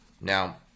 now